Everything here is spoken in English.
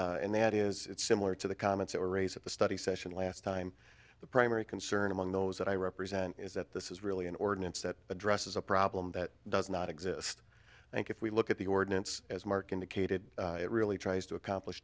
concern and that is similar to the comments that were raised at the study session last time the primary concern among those that i represent is that this is really an ordinance that addresses a problem that does not exist i think if we look at the ordinance as mark indicated it really tries to accomplish